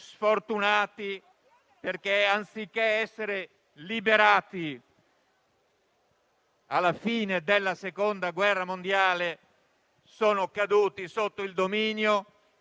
sfortunati perché, anziché essere liberati alla fine della Seconda guerra mondiale, sono caduti sotto il dominio